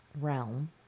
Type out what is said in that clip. realm